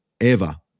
Eva